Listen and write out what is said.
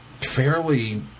fairly